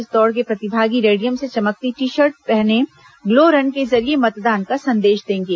इस दौड़ के प्रतिभागी रेडियम से चमकती टी शर्ट पहने ग्लो रन के जरिए मतदान का संदेश देंगे